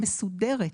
מסודרת,